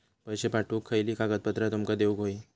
पैशे पाठवुक खयली कागदपत्रा तुमका देऊक व्हयी?